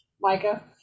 Micah